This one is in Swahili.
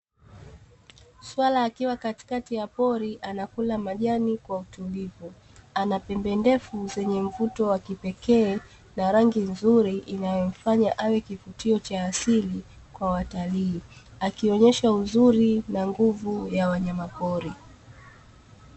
Swala akiwa katikati ya pori anakula majani kwa utulivu, anapembe ndefu zenye mvuto wa kipekee na rangi nzuri inayomfanya awe kivutio cha asili kwa watalii, akionyesha uzuri na nguvu ya wanyamapori.